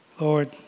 Lord